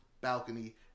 Balcony